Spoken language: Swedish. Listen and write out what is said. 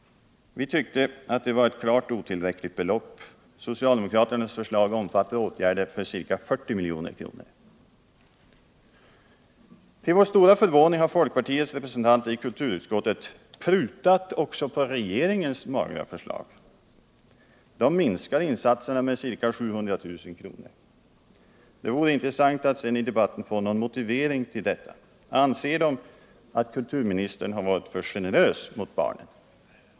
Vi tycker att det är ett klart otillräckligt belopp. Socialdemokraternas förslag omfattar åtgärder för ca 40 milj.kr. Till vår stora förvåning har folkpartiets representanter i kulturutskottet prutat också på regeringens magra förslag. De minskar insatserna med ca 700 000 kr. Det vore intressant att sedan i debatten få någon motivering till detta. Anser folkpartiets representanter att kulturministern har varit för generös mot barnen?